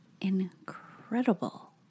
incredible